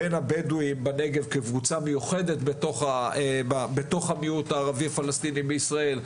בין הבדואים קבוצה מיוחדת בתוך הערבים הפלסטינים בישראל,